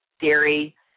dairy